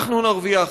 אנחנו נרוויח,